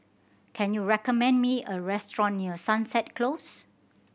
can you recommend me a restaurant near Sunset Close